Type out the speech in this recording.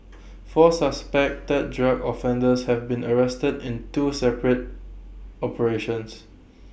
four suspected drug offenders have been arrested in two separate operations